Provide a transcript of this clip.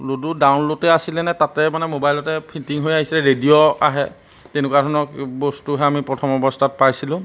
ludo ডাউনলোডে আছিলেনে তাতে মানে মোবাইলতে ফিটিং হৈ আহিছিলে ৰেডিঅ' আহে তেনেকুৱা ধৰণৰ বস্তুহে আমি প্ৰথম অৱস্থাত পাইছিলোঁ